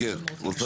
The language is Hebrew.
מקום,